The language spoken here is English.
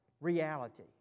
reality